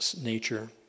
nature